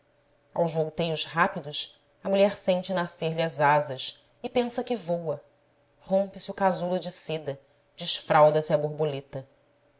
velocidade aos volteios rápidos a mulher sente nascer lhe as asas e pensa que voa rompe se o casulo de seda desfralda se a bor boleta